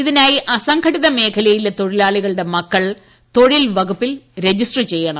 ഇതി നായി അസംഘടിത മേഖലയിലെ തൊഴിലാളികളുടെ മക്കൾ തൊഴിൽ വകുപ്പിൽ രജിസ്റ്റർ ചെയ്യണം